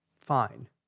fine